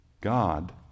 God